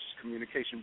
communication